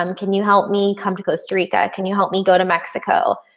um can you help me come to costa rica? can you help me go to mexico?